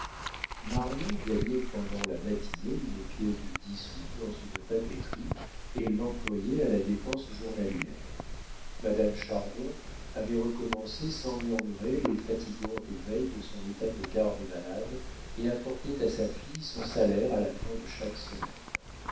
marion gagnait pendant la matinée une pièce de dix sous dans une papeterie et l'employait à la dépense journalière madame chardon avait recommencé sans murmurer les fatigantes veilles de son état de garde-malade et apportait à sa fille son salaire à la fin de chaque semaine